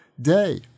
day